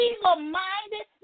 Evil-minded